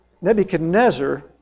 Nebuchadnezzar